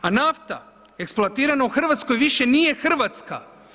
A nafta eksploatirana u Hrvatskoj više nije Hrvatska.